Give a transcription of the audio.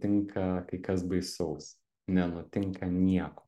tinka kai kas baisaus nenutinka nieko